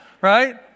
right